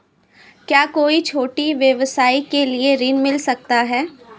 क्या कोई छोटे व्यवसाय के लिए ऋण मिल सकता है?